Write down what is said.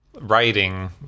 writing